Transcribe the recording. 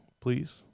please